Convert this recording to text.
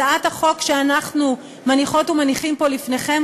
הצעת החוק שאנחנו מניחות ומניחים פה לפניכם,